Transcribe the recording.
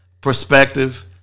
perspective